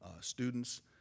students